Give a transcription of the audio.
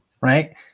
right